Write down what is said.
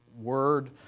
word